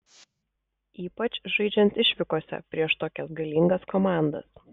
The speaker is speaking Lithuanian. ypač žaidžiant išvykose prieš tokias galingas komandas